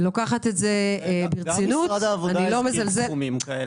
גם משרד העבודה הזכיר סכומים כאלה.